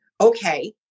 okay